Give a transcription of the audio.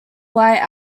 light